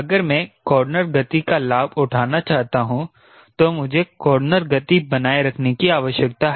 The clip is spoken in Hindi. अगर मैं कॉर्नर गति का लाभ उठाना चाहता हूं तो मुझे कॉर्नर गति बनाए रखने की आवश्यकता है